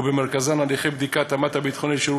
ובמרכזן הליכי בדיקת ההתאמה הביטחונית לשירות